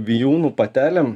vijūnų patelėm